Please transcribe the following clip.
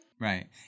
Right